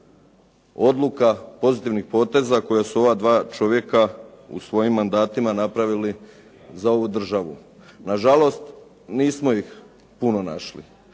odluka, pozitivnih poteza koje se ova dva čovjeka u svojim mandatima napravili za ovu državu. Nažalost, nismo ih puno našli.